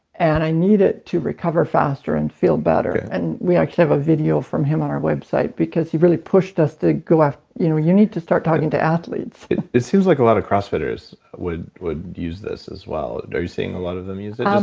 and i need it to recover faster and feel better. okay and we actually have a video from him on our website because he really pushed to go after. you know you need to start talking to athletes it seems like a lot of cross fitters would would use this as well. are you seeing a lot of them use it?